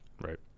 Right